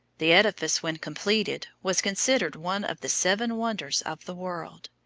the edifice, when completed, was considered one of the seven wonders of the world.